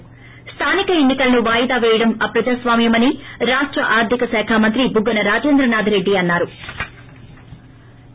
ి స్రానిక ఎన్నికలను వాయిదా వేయడం అప్రజాస్వామ్యమని రాష్ట ఆర్ధిక మంత్రి బుగ్గన రాజేంద్రనాధ్ రెడ్డి అన్నారు